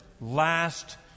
last